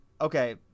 Okay